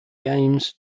games